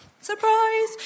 Surprise